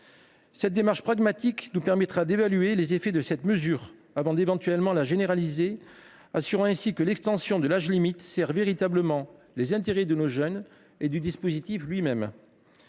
Cette démarche pragmatique nous permettra d’évaluer les effets de cette mesure, avant, éventuellement, de la généraliser : il convient de nous assurer que le report de l’âge limite sert véritablement les intérêts de nos jeunes et du dispositif lui même.